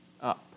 up